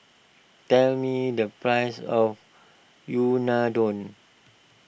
tell me the price of Unadon